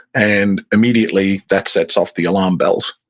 and immediately, that sets off the alarm bells,